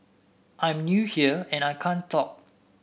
I'm new here and I can't talk